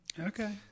Okay